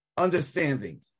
Understanding